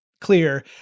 clear